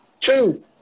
Two